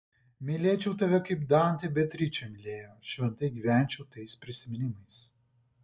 mylėčiau tave kaip dantė beatričę mylėjo šventai gyvenčiau tais prisiminimais